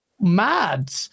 Mad